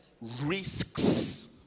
risks